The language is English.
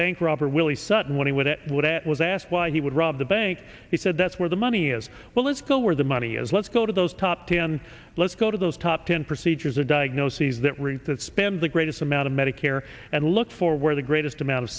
bank robber willie sutton when he would it would it was asked why he would rob the bank he said that's where the money is well let's go where the money is let's go to those top ten let's go to those top ten procedures or diagnoses that rip that spend the greatest amount of medicare and look for where the greatest amount of